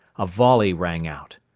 a volley rang out.